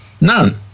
None